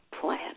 plan